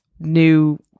new